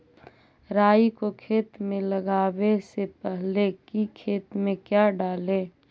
राई को खेत मे लगाबे से पहले कि खेत मे क्या डाले?